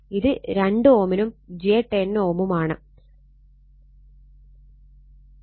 ഇത് 2 Ω ഉം j10 Ω ഉം ആണ്